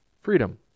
freedom